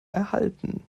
erhalten